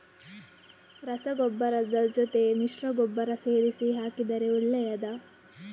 ರಸಗೊಬ್ಬರದ ಜೊತೆ ಮಿಶ್ರ ಗೊಬ್ಬರ ಸೇರಿಸಿ ಹಾಕಿದರೆ ಒಳ್ಳೆಯದಾ?